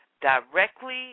directly